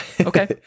Okay